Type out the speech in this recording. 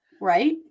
Right